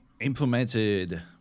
implemented